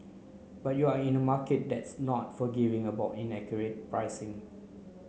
but you're in a market that's not forgiving about inaccurate pricing